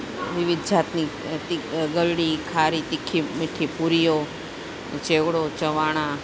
વિવિધ જાતની તી ગળી ખારી તીખી મીઠી પૂરીઓ ચેવળો ચવાણા